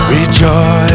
Rejoice